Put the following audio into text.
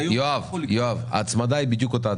יואב, ההצמדה היא בדיוק אותה הצמדה.